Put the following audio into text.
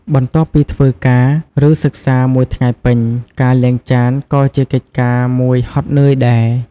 បន្ទាប់ពីធ្វើការ ឬ សិក្សាមួយថ្ងៃពេញ ការលាងចានក៏ជាកិច្ចការមួយហត់នឿយដែរ។